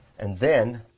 and then,